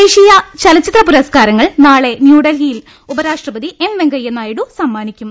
ദേശീയ ചലച്ചിത്ര പുരസ്കാരങ്ങൾ നാളെ ന്യൂഡൽഹിയിൽ ഉപരാഷ്ട്രപതി എം വെങ്കയ്യനായിഡു സമ്മാനിക്കും